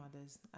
others